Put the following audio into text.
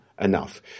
enough